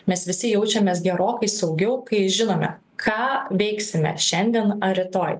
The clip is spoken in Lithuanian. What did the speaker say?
mes visi jaučiamės gerokai saugiau kai žinome ką veiksime šiandien ar rytoj